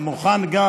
ואני מוכן גם